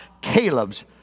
Caleb's